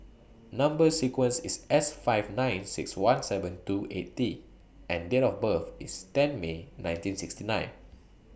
Number sequence IS S five nine six one seven two eight T and Date of birth IS ten May nineteen sixty nine